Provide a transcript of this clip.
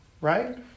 right